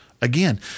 Again